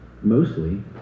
mostly